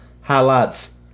highlights